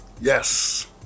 yes